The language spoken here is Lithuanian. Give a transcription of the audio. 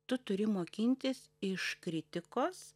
tu turi mokintis iš kritikos